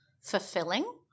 fulfilling